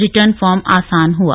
return form आसान हुआ